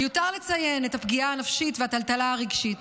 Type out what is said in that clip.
מיותר לציין את הפגיעה הנפשית והטלטלה הרגשית.